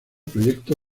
proyecto